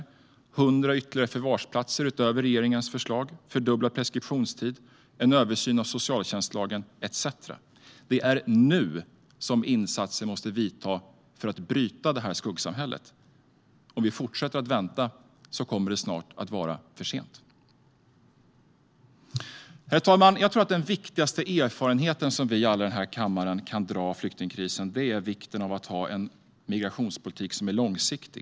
Det behövs 100 ytterligare förvarsplatser utöver regeringens förslag. Vi föreslår fördubblad preskriptionstid, en översyn av socialtjänstlagen etcetera. Det är nu insatser måste vidtas för att bryta framväxten av skuggsamhället. Om vi fortsätter att vänta kommer det snart att vara för sent. Herr talman! Jag tror att den viktigaste lärdom alla vi i denna kammare kan dra av flyktingkrisen handlar om vikten av att ha en migrationspolitik som är långsiktig.